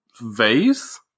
vase